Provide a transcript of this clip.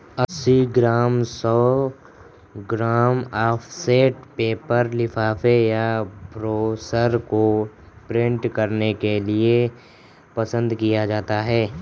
अस्सी ग्राम, सौ gram offset paper लिफाफे या ब्रोशर को प्रिंट करने के लिए पसंद किया जाता है